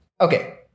Okay